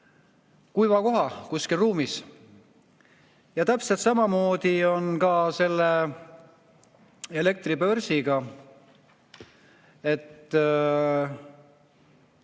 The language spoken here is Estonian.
kuiva koha kuskil ruumis. Täpselt samamoodi on ka selle elektribörsiga: ühel